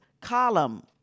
column